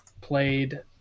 played